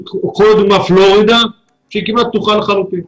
פלורידה כמעט פתוחה לחלוטין.